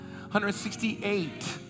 168